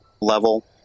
level